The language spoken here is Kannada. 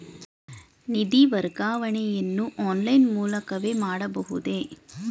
ನಿಧಿ ವರ್ಗಾವಣೆಯನ್ನು ಆನ್ಲೈನ್ ಮೂಲಕವೇ ಮಾಡಬಹುದೇ?